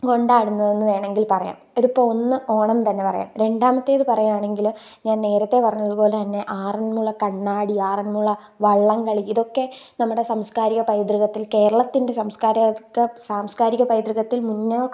കൊണ്ടാടുന്നതെന്ന് വേണമെങ്കിൽ പറയാം അതിപ്പോൾ ഒന്ന് ഓണം തന്നെ പറയാം രണ്ടാമത്തേത് പറയുകയാണെങ്കിൽ ഞാൻ നേരത്തെ പറഞ്ഞതുപോലെത്തന്നെ ആറന്മുള കണ്ണാടി ആറന്മുള വള്ളംകളി ഇതൊക്കെ നമ്മുടെ സാംസ്കാരികപൈതൃകത്തിൽ കേരളത്തിൻ്റെ സംസ്കാരിക സാംസ്കാരിക പൈതൃകത്തിൽ മുന്നോക്കം